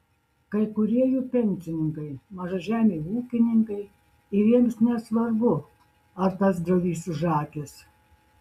kai kurie jų pensininkai mažažemiai ūkininkai ir jiems nesvarbu ar tas griovys užakęs